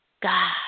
God